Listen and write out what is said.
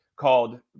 called